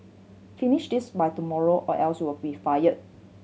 finish this by tomorrow or else you'll be fired